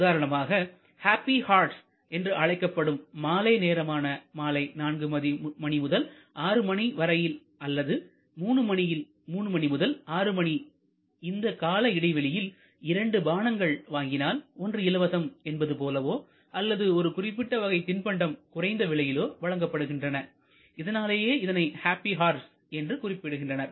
உதாரணமாக happy hours என்று அழைக்கப்படும் மாலை நேரமான மாலை 4 மணி முதல் 6 மணி வரை அல்லது 3 மணி முதல் 6 மணி இந்த கால இடைவெளியில் 2 பானங்கள் வாங்கினால் ஒன்று இலவசம் என்பது போலவோ அல்லது குறிப்பிட்ட வகை தின்பண்டம் குறைந்த விலையிலோ வழங்கப்படுகின்றனஇதனாலேயே இதனை ஹாப்பி ஹார்ஸ் என்று குறிப்பிடுகின்றனர்